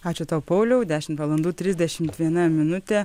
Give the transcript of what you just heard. ačiū tau pauliau dešimt valandų trisdešimt viena minutė